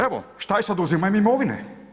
Evo, šta je sa oduzimanjem imovine?